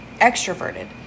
extroverted